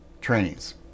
trainings